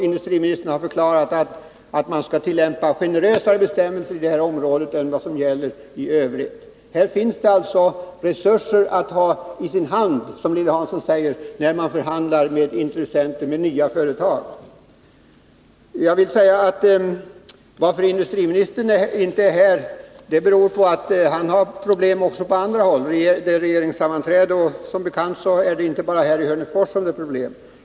Industriministern har förklarat att man skall tillämpa generösare bestämmelser i det här området än vad som gäller i övrigt. Här finns det alltså resurser att ha i sin hand, som Lilly Hansson säger, när man förhandlar med intressenter, med nya företag. Att industriministern inte är här beror på att han deltar i ett regeringssammanträde, och som bekant är det inte bara i Hörnefors som det är problem.